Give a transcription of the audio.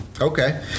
Okay